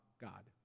God